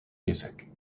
music